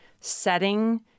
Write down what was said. setting